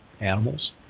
animals